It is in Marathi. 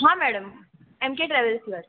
हां मॅडम एम के ट्रॅव्हल्सवर